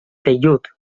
vellut